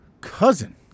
Cousin